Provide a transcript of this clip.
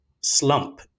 slump